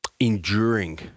enduring